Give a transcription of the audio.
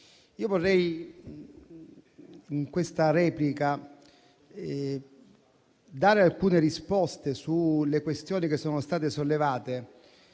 Presidente, in questa replica vorrei dare alcune risposte sulle questioni che sono state sollevate,